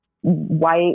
white